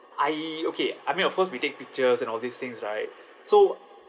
I okay I mean of course we take pictures and all these things right so